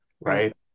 Right